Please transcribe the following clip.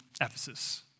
Ephesus